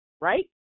right